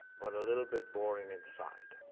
but a little bit boring inside.